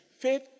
Faith